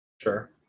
Sure